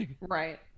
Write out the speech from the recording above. Right